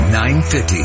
950